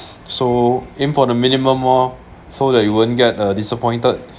so aim for the minimum lor so that you won't get uh disappointed